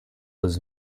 was